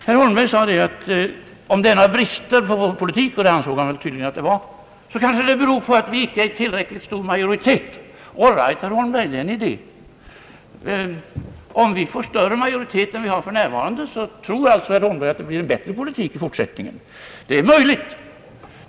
Herr Holmberg sade att om det är brister i vårt politik — och det ansåg han tydligen att det var — kanske det beror på att vi inte är i tillräckligt stor majoritet. All right, herr Holmberg, det är en idé. Om vi får större majoritet än vi har för närvarande tror alltså herr Holmberg att det blir en bättre politik i fortsättningen. Det är möjligt.